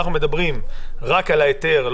אנחנו מדברים רק על ההיתר.